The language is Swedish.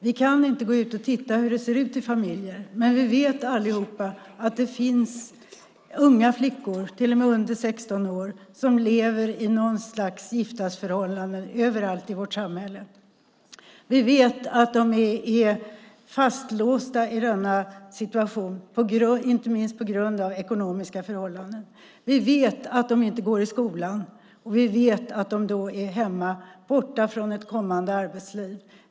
Vi kan inte gå ut och titta hur det ser ut i familjer, men vi vet allihop att det finns unga flickor, till och med under 16 år, som lever i något slags giftasförhållanden över allt i vårt samhälle. Vi vet att de är fastlåsta i denna situation inte minst på grund av ekonomiska förhållanden. Vi vet att de inte går i skolan, och vi vet att de då är hemma, borta från ett kommande arbetsliv.